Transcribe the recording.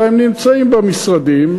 אלא הן נמצאות במשרדים.